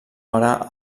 hora